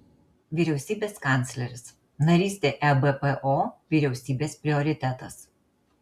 vyriausybės kancleris narystė ebpo vyriausybės prioritetas